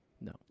No